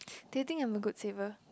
do you think I'm a good saver